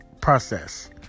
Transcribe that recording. process